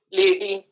lady